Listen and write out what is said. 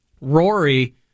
Rory